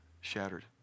shattered